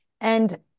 And-